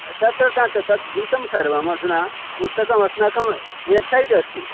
तत तत तत् गीतं सर्वम् अधुना पुस्तकम् अस्माकं वेब्सैट् अस्ति